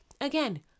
again